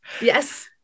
Yes